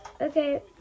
Okay